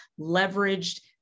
leveraged